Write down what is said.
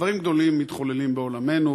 דברים גדולים מתחוללים בעולמנו,